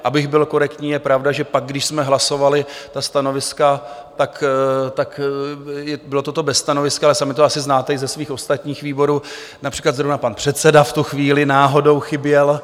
Abych byl korektní, je pravda, že pak, když jsme hlasovali stanoviska, tak bylo toto bez stanoviska sami to asi znáte i ze svých ostatních výborů, například zrovna pan předseda v tu chvíli náhodou chyběl.